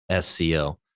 SCO